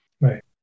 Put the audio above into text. Right